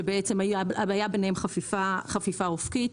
כשבעצם הייתה ביניהם חפיפה אופקית.